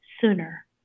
sooner